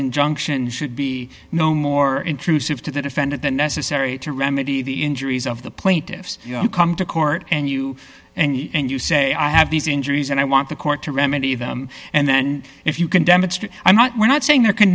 injunction should be no more intrusive to the defendant than necessary to remedy the injuries of the plaintiffs who come to court and you and you say i have these injuries and i want the court to remedy them and then if you can demonstrate i'm not we're not saying there can